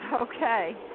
Okay